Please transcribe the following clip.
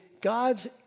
God's